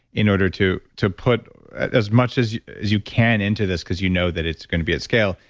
in order to to put as much as you can into this because you know that it's going to be at scale.